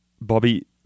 Bobby